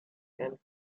and